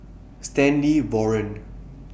Stanley Warren